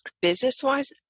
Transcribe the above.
Business-wise